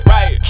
Right